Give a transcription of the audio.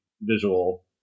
visual